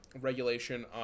regulation